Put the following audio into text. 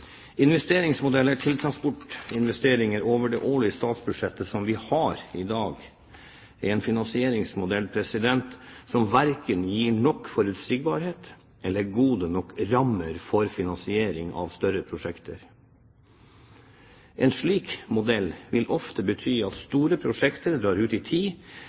over det årlige statsbudsjettet som vi har i dag, gir verken nok forutsigbarhet eller gode nok rammer for finansiering av større prosjekter. En slik modell vil ofte bety at store prosjekter drar ut i tid,